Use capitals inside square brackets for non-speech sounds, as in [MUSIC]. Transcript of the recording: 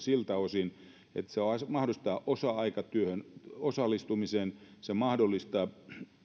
[UNINTELLIGIBLE] siltä osin että se mahdollistaa osa aikatyöhön osallistumisen se mahdollistaa niin kuin